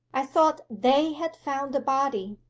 i thought they had found the body.